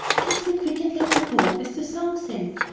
kiss me quick and let me go as the song says.